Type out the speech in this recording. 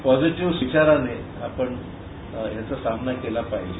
positive विचाराने आपण ह्याचा सामना केला पाहीजे